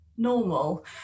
normal